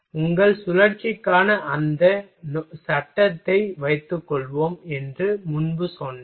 உங்கள் சுழற்சிக்கான அந்த சட்டகத்தை வைத்துக்கொள்வோம் என்று முன்பு சொன்னேன்